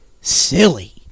silly